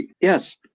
Yes